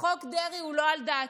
חוק דרעי הוא לא על דעתי.